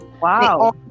Wow